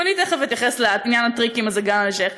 ואני תכף אתייחס לעניין הטריקים הזה גם בהמשך.